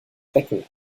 becken